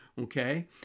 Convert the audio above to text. okay